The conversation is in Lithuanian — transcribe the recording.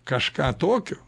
kažką tokio